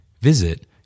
Visit